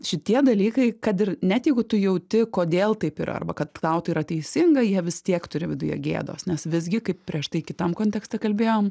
šitie dalykai kad ir net jeigu tu jauti kodėl taip yra arba kad tau tai yra teisinga jie vis tiek turi viduje gėdos nes visgi kaip prieš tai kitam kontekste kalbėjom